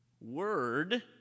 word